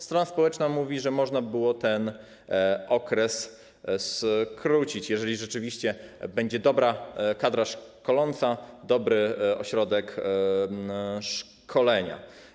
Strona społeczna mówi, że można ten okres skrócić, jeżeli rzeczywiście będzie dobra kadra szkoląca, dobry ośrodek szkolenia.